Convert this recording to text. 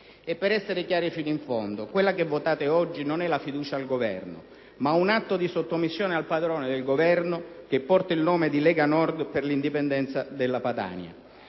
Per essere chiari fino in fondo: quella che votate oggi non è la fiducia al Governo ma un atto di sottomissione al padrone del Governo, che porta il nome di Lega Nord per l'indipendenza della Padania.